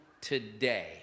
today